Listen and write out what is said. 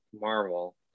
Marvel